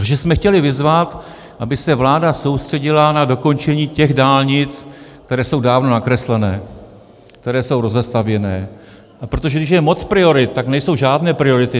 Takže jsme chtěli vyzvat, aby se vláda soustředila na dokončení těch dálnic, které jsou dávno nakreslené, které jsou rozestavěné, protože když je moc priorit, tak nejsou žádné priority.